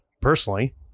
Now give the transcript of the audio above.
personally